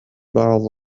بعض